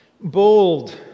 Bold